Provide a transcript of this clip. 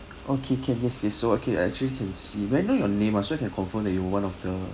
okay can yes yes so okay I actually can see may I know your name ah so I can confirm that you're one of the